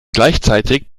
gleichzeitig